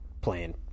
playing